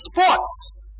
sports